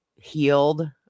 healed